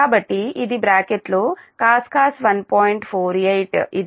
కాబట్టి ఇది బ్రాకెట్లో cos 1